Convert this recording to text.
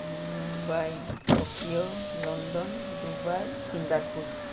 Mumbai Tokyo London Dubai Singapore